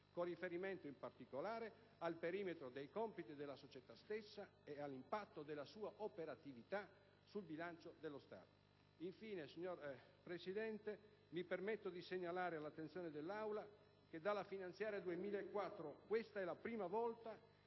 con riferimento al perimetro dei compiti della società stessa e all'impatto della sua operatività per il bilancio dello Stato. Signor Presidente, mi permetto di segnalare all'attenzione dell'Aula che dalla finanziaria 2004 questa è la prima volta